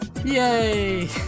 Yay